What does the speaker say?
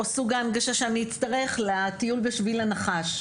או סוג ההנגשה שאני אצטרך לטיול בשביל הנחש.